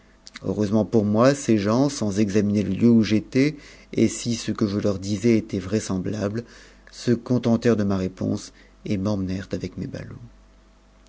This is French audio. heureusem pour moi ces gens sans examiner le lieu où j'étais et si ce que je leu disais était vraisemblable se contentèrent de ma réponse et m'émue nèrent avec mes ballots